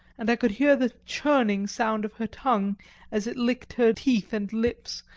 and i could hear the churning sound of her tongue as it licked her teeth and lips,